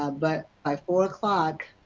ah but by four like